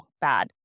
bad